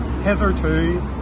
Hitherto